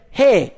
hey